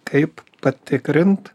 kaip patikrint